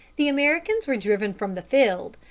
the americans were driven from the field,